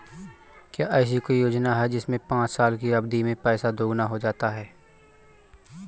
क्या ऐसी कोई योजना है जिसमें पाँच साल की अवधि में पैसा दोगुना हो जाता है?